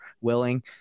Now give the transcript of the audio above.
willing